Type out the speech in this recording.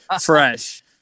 fresh